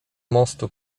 mostu